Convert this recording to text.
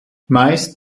meist